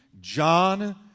John